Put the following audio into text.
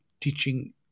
teaching